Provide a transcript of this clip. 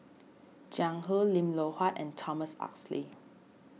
Jiang Hu Lim Loh Huat and Thomas Oxley